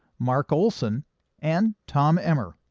mark olson and tom emmer.